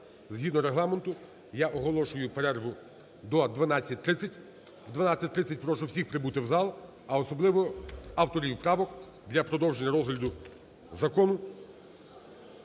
згідно Регламенту я оголошую перерву до 12:30. О 12:30 прошу всіх прибути в зал, а особливо авторів правок для продовження розгляду закону.